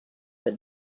but